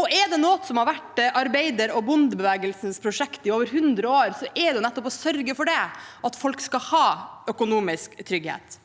og er det noe som har vært arbeider- og bondebevegelsenes prosjekt i over 100 år, er det nettopp å sørge for at folk skal ha økonomisk trygghet.